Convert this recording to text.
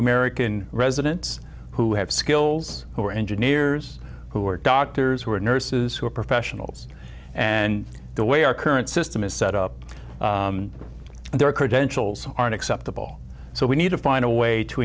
american residents who have skills who are engineers who are doctors who are nurses who are professionals and the way our current system is set up and their credentials aren't acceptable so we need to find a way to